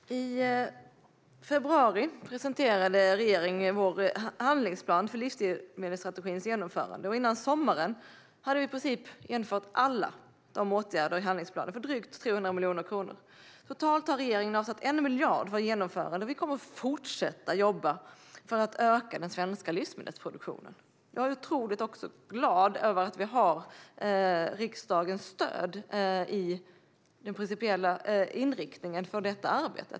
Herr talman! I februari presenterade vi i regeringen vår handlingsplan för livsmedelsstrategins genomförande. Före sommaren hade vi i princip vidtagit alla åtgärder i handlingsplanen till en kostnad av drygt 300 miljoner kronor. Totalt har regeringen avsatt 1 miljard för genomförandet. Vi kommer att fortsätta jobba för att öka den svenska livsmedelsproduktionen. Jag är otroligt glad över att vi har riksdagens stöd för den principiella inriktningen i detta arbete.